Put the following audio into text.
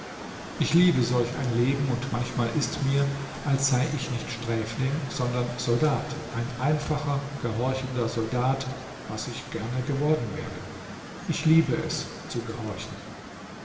ich liebe solch ein leben und manchmal ist mir als sei ich nicht sträfling sondern soldat ein einfacher gehorchender soldat was ich gerne geworden wäre ich liebe es zu gehorchen